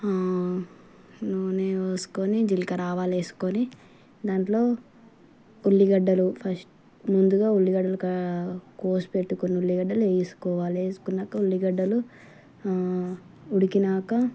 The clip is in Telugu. నూనె పోసుకొని జీలకర్ర ఆవాలు వేసుకొని దాంట్లో ఉల్లిగడ్డలు ఫస్ట్ ముందుగా ఉల్లిగడ్డలు కా కోసిపెట్టుకొని ఉల్లిగడ్డలు వేసుకోవాలి వేసుకున్నాక ఉల్లిగడ్డలు ఉడికినాక